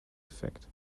effect